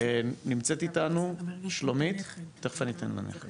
נמצאת איתנו שלומית ממשרד התרבות?